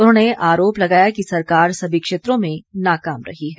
उन्होंने आरोप लगाया कि सरकार सभी क्षेत्रों में नाकाम रही है